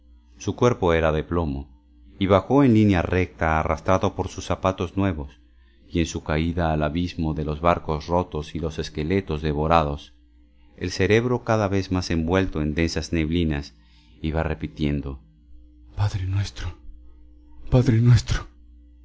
su cuerpo era de plomo y bajó en línea recta arrastrado por sus zapatos nuevos y en su caída al abismo de los barcos rotos y los esqueletos devorados el cerebro cada vez más envuelto en densas neblinas iba repitiendo padre nuestro padre nuestro